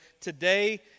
today